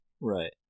Right